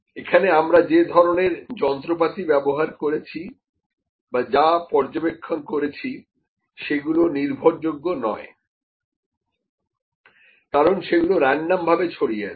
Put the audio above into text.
এখানে আমরা যে ধরনের যন্ত্রপাতি ব্যবহার করেছি বা যা পর্যবেক্ষণ করেছি সেগুলি নির্ভরযোগ্য নয় কারণ সেগুলি রেনডম ভাবে ছড়িয়ে আছে